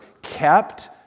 Kept